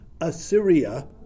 Assyria